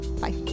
bye